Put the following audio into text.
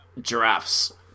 giraffes